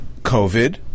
COVID